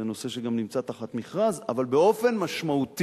זה נושא שגם נמצא תחת מכרז, אבל באופן משמעותי